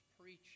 preaching